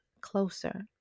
closer